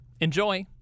Enjoy